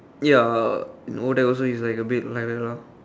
ya no there was abit like that lo